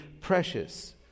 precious